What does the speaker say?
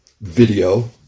Video